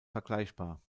vergleichbar